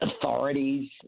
authorities